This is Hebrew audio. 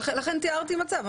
לכן תיארתי מצב.